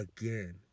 again